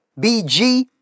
BG